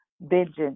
vengeance